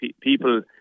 People